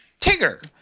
Tigger